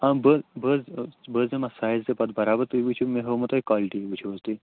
آ بہٕ بہٕ حظ بہٕ حظ دِمہٕ اَتھ سایز تہِ پتہٕ بَرابر تُہۍ وِچھُو مےٚ ہٲمو تۄیہِ کالٹی وٕچھُو حظ تُہۍ